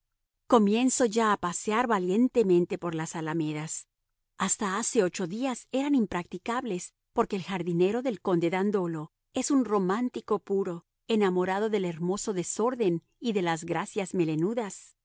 comienzo ya a pasear valientemente por las alamedas hasta hace ocho días eran impracticables porque el jardinero del conde dandolo es un romántico puro enamorado del hermoso desorden y de las gracias melenudas